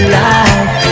life